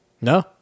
No